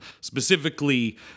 Specifically